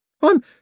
I'm